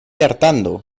hartando